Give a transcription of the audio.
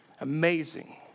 Amazing